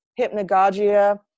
hypnagogia